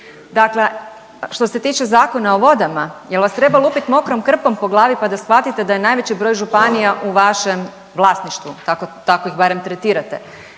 Dakle, što se tiče Zakona o vodama jel vas treba lupit mokrom krpom po glavi pa da shvatite da je najveći broj županija u vašem vlasništvu, tako ih barem tretirate.